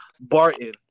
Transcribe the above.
Barton